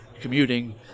commuting